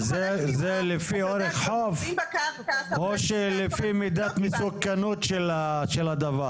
זה לפי חוף או שלפי מידת מסוכנות של המצוק?